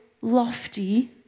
lofty